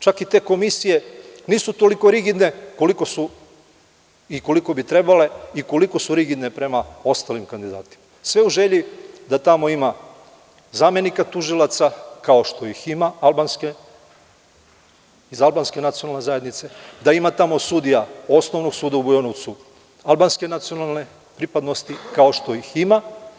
Čak i te komisije nisu toliko rigidne koliko bi trebale i koliko su rigidne prema ostalim kandidatima, sve u želji da tamo ima zamenika tužilaca, kao što ih ima, iz albanske nacionalne zajednice, da ima tamo sudija Osnovnog suda u Bujanovcu albanske nacionalne pripadnosti, kao što ih ima.